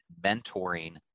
mentoring